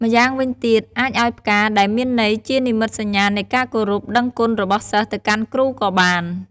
ម្យ៉ាងវិញទៀតអាចឲ្យផ្កាដែលមានន័យជានិមិត្តសញ្ញានៃការគោរព ដឹងគុណរបស់សិស្សទៅកាន់គ្រូក៏បាន។